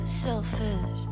selfish